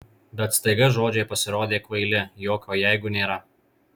bet staiga žodžiai pasirodė kvaili jokio jeigu nėra